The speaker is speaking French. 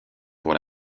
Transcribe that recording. pour